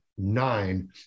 Nine